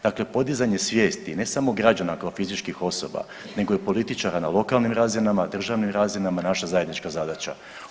Dakle, podizanje svijesti ne samo građana kao fizičkih osoba nego i političara na lokalnim razinama i državnim razinama je naša zajednička zadaća.